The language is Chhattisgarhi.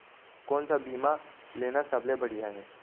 कोन स बीमा लेना सबले बढ़िया हे?